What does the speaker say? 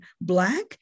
black